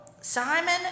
Simon